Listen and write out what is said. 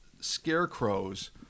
scarecrows